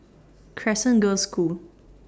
Crescent Girls' School